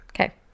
Okay